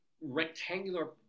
rectangular